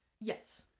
Yes